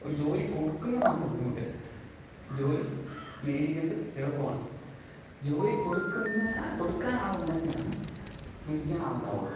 ഒരു ജോലി കൊടുക്കുന്നതാണ് ബുദ്ധിമുട്ട് ജോലി മേടിക്കുന്നത് എളുപ്പമാണ് ജോലി കൊടുക്കുന്ന കൊടുക്കാൻ ആളുണ്ടെങ്കിലാണ് മേടിക്കാൻ ആളുണ്ടാകുകയുള്ളൂ